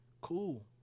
cool